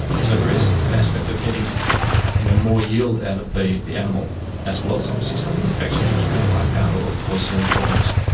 so there is an aspect of getting you know more yield out of the the animal as well as obviously stopping infections which could wipe out or cause serious problems.